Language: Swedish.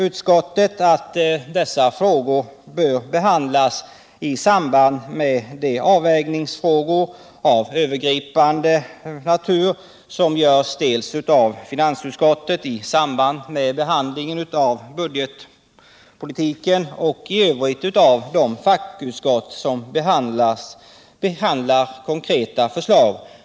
Utskottet anser att dessa frågor bör behandlas i samband med de avvägningar av övergripande natur som görs av finansutskottet i samband med behandlingen av budgetpolitiken och i övrigt av de fackutskott som behandlar konkreta förslag.